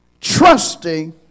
trusting